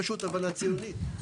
פשוט הבנה ציונית.